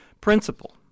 Principle